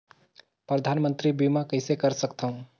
परधानमंतरी बीमा कइसे कर सकथव?